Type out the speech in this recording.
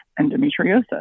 endometriosis